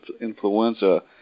influenza